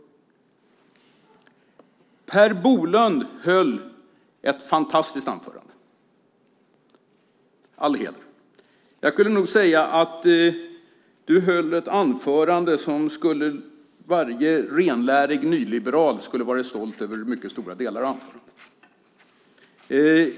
Per Bolund höll ett fantastiskt anförande - all heder. Jag kan nog säga att han höll ett anförande som varje renlärig nyliberal skulle ha varit stolt över i mycket stora delar.